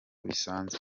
bisanzwe